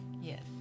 Yes